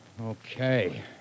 Okay